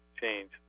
change